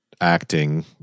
acting